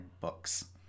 books